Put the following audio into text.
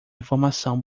informação